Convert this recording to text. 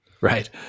Right